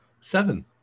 Seven